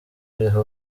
riha